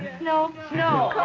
snow snow?